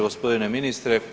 Gospodine ministre.